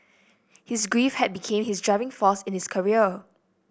his grief had became his driving force in his career